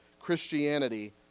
Christianity